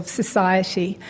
society